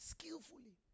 Skillfully